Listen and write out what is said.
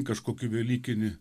kažkokį velykinį